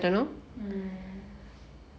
hmm